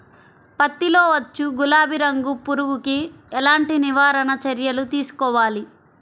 పత్తిలో వచ్చు గులాబీ రంగు పురుగుకి ఎలాంటి నివారణ చర్యలు తీసుకోవాలి?